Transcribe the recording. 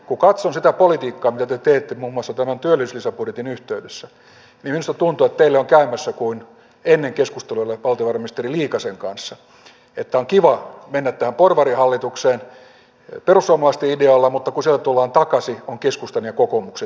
kun katson sitä politiikkaa mitä te teette muun muassa tämän työllisyyslisäbudjetin yhteydessä niin minusta tuntuu että teille on käymässä kuin ennen keskusteluille valtiovarainministeri liikasen kanssa että on kiva mennä tähän porvarihallitukseen perussuomalaisten idealla mutta kun sieltä tullaan takaisin ovat keskustan ja kokoomuksen ideat käytössä